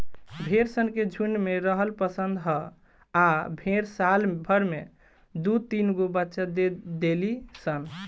भेड़ सन के झुण्ड में रहल पसंद ह आ भेड़ साल भर में दु तीनगो बच्चा दे देली सन